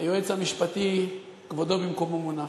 היועץ המשפטי, כבודו במקומו מונח.